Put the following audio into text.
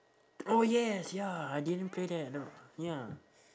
oh yes ya I didn't play that ya